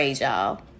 y'all